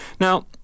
Now